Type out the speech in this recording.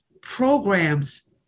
programs